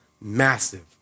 massive